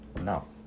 No